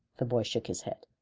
the boy shook his head.